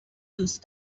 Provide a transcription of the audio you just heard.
دوست